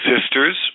sisters